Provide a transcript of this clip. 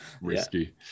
risky